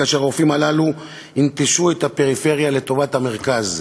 כאשר הרופאים הללו ינטשו את הפריפריה לטובת המרכז?